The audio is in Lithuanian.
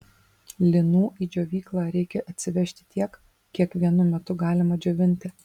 linų į džiovyklą reikia atsivežti tiek kiek vienu metu galima džiovinti